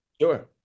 Sure